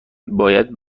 باید